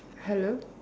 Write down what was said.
hello